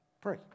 Pray